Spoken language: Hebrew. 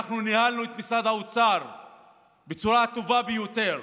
אנחנו ניהלנו את משרד האוצר בצורה הטובה ביותר: